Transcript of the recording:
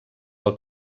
del